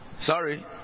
sorry